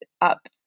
up